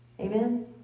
amen